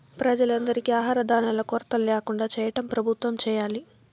ప్రజలందరికీ ఆహార ధాన్యాల కొరత ల్యాకుండా చేయటం ప్రభుత్వం చేయాలి